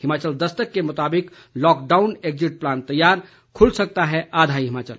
हिमाचल दस्तक के मुताबिक lockdown exit plan तैयार खुल सकता है आधा हिमाचल